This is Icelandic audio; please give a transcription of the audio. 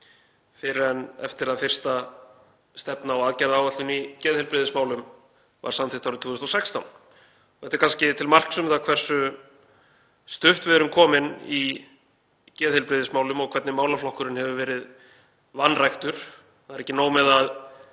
fyrr en eftir að fyrsta stefna og aðgerðaáætlun í geðheilbrigðismálum var samþykkt árið 2016. Þetta er kannski til marks um það hversu stutt við erum komin í geðheilbrigðismálum og hvernig málaflokkurinn hefur verið vanræktur. Það er ekki nóg með að